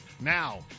Now